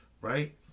right